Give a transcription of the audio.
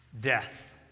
death